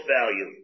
value